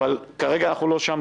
אבל כרגע אנחנו לא שם,